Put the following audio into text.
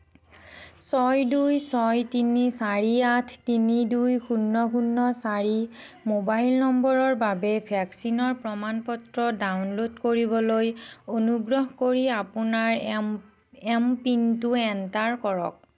ছয় দুই ছয় তিনি চাৰি আঠ তিনি দুই শূণ্য শূণ্য চাৰি মোবাইল নম্বৰৰ বাবে ভেকচিনৰ প্ৰমাণ পত্ৰ ডাউনলোড কৰিবলৈ অনুগ্ৰহ কৰি আপোনাৰ এম এম পিনটো এণ্টাৰ কৰক